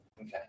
Okay